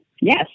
Yes